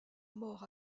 mort